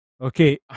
Okay